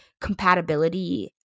compatibility